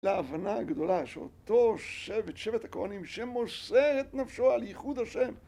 להבנה הגדולה שאותו שבט, שבט הכוהנים, שמוסר את נפשו על ייחוד ה'.